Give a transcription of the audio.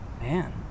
Man